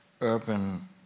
urban